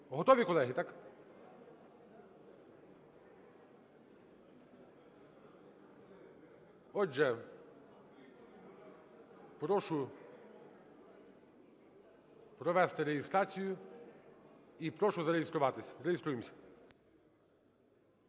Готові, колеги, так? Отже, прошу провести реєстрацію і прошу зареєструватись. Реєструємось.